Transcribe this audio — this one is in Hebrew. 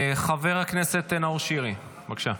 חבר הכנסת נאור שירי, בבקשה.